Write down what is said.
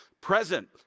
Present